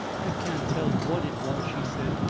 i can't tell what it was, she said,